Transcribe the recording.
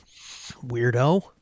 Weirdo